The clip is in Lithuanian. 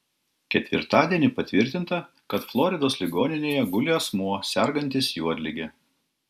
ketvirtadienį patvirtinta kad floridos ligoninėje guli asmuo sergantis juodlige